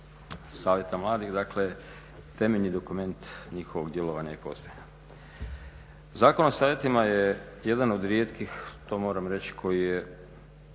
Savjeta mladih. Dakle, temeljni dokument njihovog djelovanja i postojanja. Zakon o savjetima je jedan od rijetkih to moram reći koji je